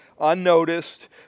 unnoticed